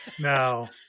No